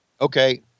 Okay